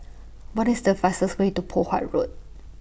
What IS The fastest Way to Poh Huat Road